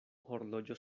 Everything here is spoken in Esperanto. horloĝo